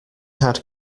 had